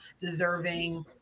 deserving